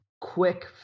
quick